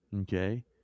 okay